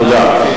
תודה.